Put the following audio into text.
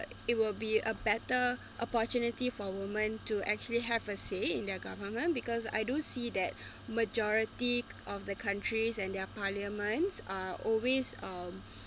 it will be a better opportunity for women to actually have a say in their government because I don't see that majority of the countries and their parliaments are always um